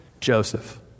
Joseph